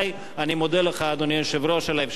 אני מודה לך, אדוני היושב-ראש, על האפשרות להשמיע.